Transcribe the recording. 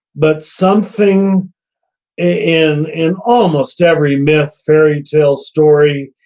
but something in in almost every myth, fairy tale, story,